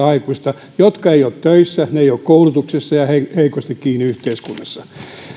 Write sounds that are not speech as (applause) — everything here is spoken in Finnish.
(unintelligible) aikuista jotka eivät ole töissä eivät ole koulutuksessa ja ovat heikosti kiinni yhteiskunnassa